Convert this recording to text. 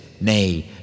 nay